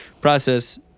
process